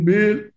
Bill